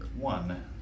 One